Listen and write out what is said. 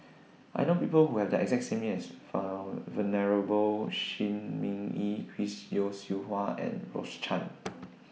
I know People Who Have The exact same name as file Venerable Shi Ming Yi Chris Yeo Siew Hua and Rose Chan